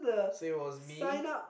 so it was me